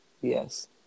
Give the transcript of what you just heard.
Yes